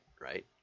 right